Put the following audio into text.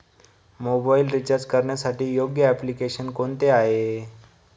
Mobile recharge करण्यासाठी योग्य application कोणते आहे?